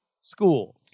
schools